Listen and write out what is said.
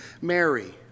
Mary